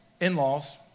in-laws